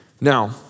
Now